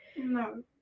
no